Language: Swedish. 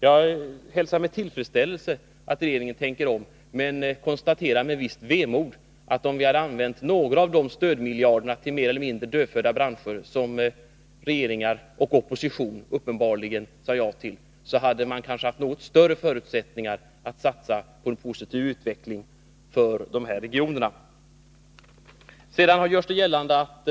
Jag hälsar med tillfredsställelse att regeringen tänker om. Men jag konstaterar med visst vemod att om vi bättre hade använt några av de stödmiljarder som gick till mer eller mindre dödfödda branscher och som regeringar och opposition uppenbarligen sade ja till, så hade man kanske haft något större förutsättningar att satsa på en positiv utveckling för dessa regioner. Det görs gällande att